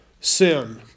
sin